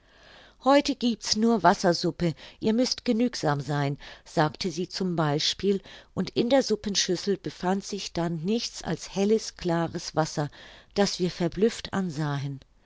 heute giebt's nur wassersuppe ihr müßt genügsam sein sagte sie z b und in der suppenschüssel befand sich dann nichts als helles klares wasser das wir verblüfft ansahen